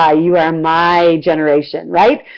ah you are my generation, right?